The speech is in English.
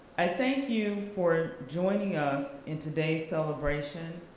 i thank you for joining us in today's celebration,